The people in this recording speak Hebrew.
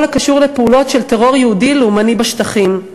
הקשור לפעולות של טרור יהודי לאומני בשטחים.